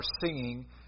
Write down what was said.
singing